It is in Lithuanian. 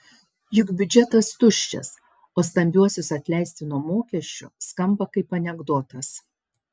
juk biudžetas tuščias o stambiuosius atleisti nuo mokesčių skamba kaip anekdotas